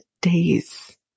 days